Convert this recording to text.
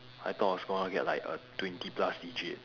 I thought I was gonna get like a twenty plus digit